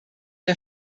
der